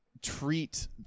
treat